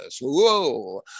Whoa